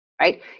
right